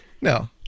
No